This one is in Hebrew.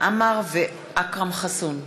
עמאר ואכרם חסון בנושא: